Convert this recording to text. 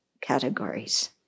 categories